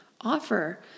offer